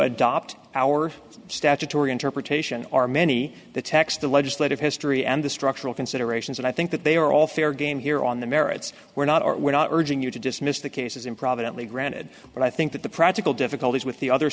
adopt our statutory interpretation or many the text the legislative history and the structural considerations and i think that they are all fair game here on the merits were not or were not urging you to dismiss the case as improvidently granted but i think that the practical difficulties with the other